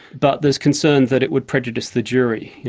but there's concern that it would prejudice the jury. you